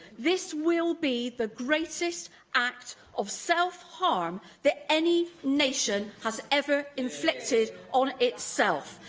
this will be the greatest act of self-harm that any nation has ever inflicted on itself.